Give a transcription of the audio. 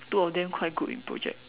two of them quite good in project